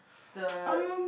the